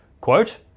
quote